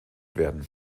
werden